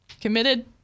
committed